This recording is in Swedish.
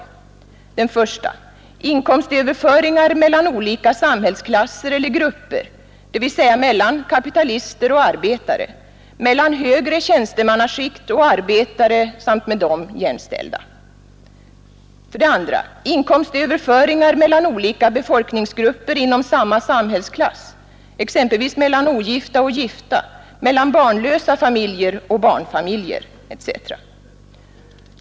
För det första: Inkomstöverföringar mellan olika samhällskiasser eller För det andra: Inkomstöverföringar mellan olika befolkningsgrupper inom samma samhällsklass — mellan ogifta och gifta, mellan barnlösa familjer och barnfamiljer etc.